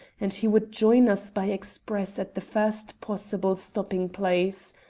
and he would join us by express at the first possible stopping-place.